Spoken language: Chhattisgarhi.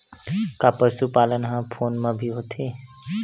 का पशुपालन ह फोन म भी होथे?